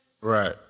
Right